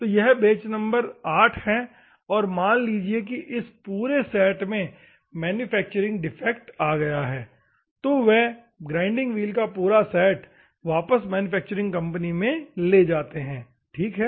तो batch number 8 है और मान लीजिए कि इस पूरे सेट में मैन्युफैक्चरिंग डिफेक्ट आ गया है तो वे ग्राइंडिंग व्हील का पूरा सेट वापस मैन्युफैक्चरिंग कंपनी में ले जाते हैं ठीक है